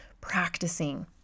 practicing